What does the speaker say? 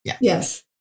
Yes